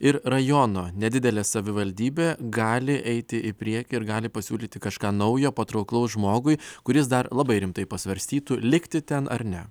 ir rajono nedidelė savivaldybė gali eiti į priekį ir gali pasiūlyti kažką naujo patrauklaus žmogui kuris dar labai rimtai pasvarstytų likti ten ar ne